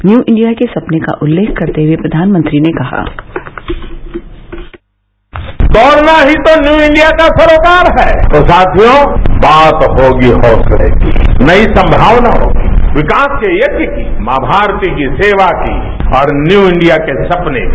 new India के सपने का उल्लेख करते हुए प्रधानमंत्री ने कहा दौड़ना ही तो न्यू इंडिया का सरोकार है तो साथियां बात होगी हौसले की नई संभावनाओं की विकास के यज्ञ की मां भारती की सेवा की और न्यू इंडिया के सपने की